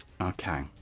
Okay